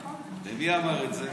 ומי אמר את זה?